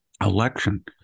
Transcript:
election